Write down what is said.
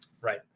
Right